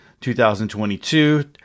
2022